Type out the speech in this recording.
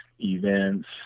events